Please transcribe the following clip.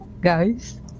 Guys